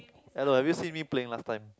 hello have you seen me playing last time